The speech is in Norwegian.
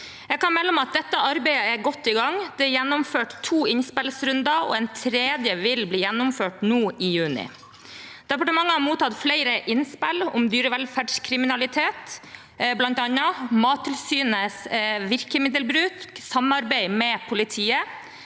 Jeg kan melde om at dette arbeidet er godt i gang. Det er gjennomført to innspillsrunder, og en tredje vil bli gjennomført nå i juni. Departementet har mottatt flere innspill om dyrevelferdskriminalitet, bl.a. er Mattilsynets virkemiddelbruk, samarbeid med politiet,